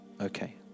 okay